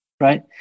Right